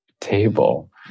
table